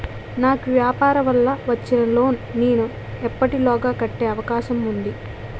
నాకు వ్యాపార వల్ల వచ్చిన లోన్ నీ ఎప్పటిలోగా కట్టే అవకాశం ఉంది?